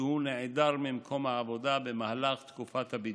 שהוא נעדר ממקום העבודה במהלך תקופת הבידוד.